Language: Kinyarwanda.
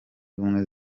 ubumwe